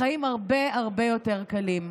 החיים הרבה הרבה יותר קלים.